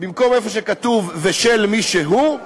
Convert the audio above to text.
במקום שכתוב "ושל מי שהוא"